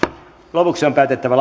lopuksi on päätettävä